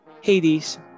Hades